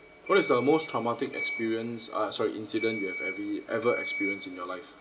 what is the most traumatic experience uh sorry incident you have every ever experienced in your life